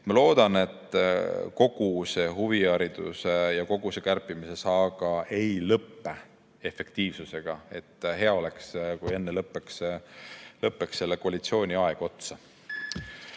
Ma loodan, et kogu see huvihariduse ja kogu see kärpimise saaga ei lõpe efektiivsusega. Hea oleks, kui enne lõppeks selle koalitsiooni aeg otsa.